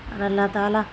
اور اللّہ تعالیٰ